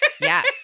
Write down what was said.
Yes